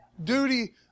duty